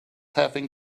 having